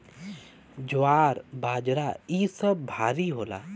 ज्वार बाजरा इ सब भारी होला